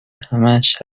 همش